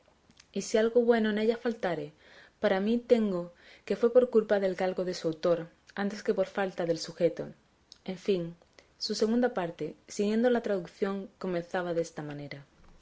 y si algo bueno en ella faltare para mí tengo que fue por culpa del galgo de su autor antes que por falta del sujeto en fin su segunda parte siguiendo la tradución comenzaba desta manera